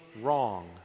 wrong